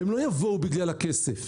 הם לא יבואו בגלל הכסף.